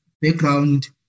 background